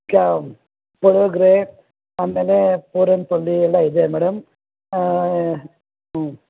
ಚೌ ಪುಳಿಯೋಗರೆ ಆಮೇಲೆ ಪೂರಿ ಆ್ಯಂಡ್ ಪಲ್ಯ ಎಲ್ಲ ಇದೆ ಮೇಡಮ್